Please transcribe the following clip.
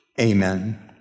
amen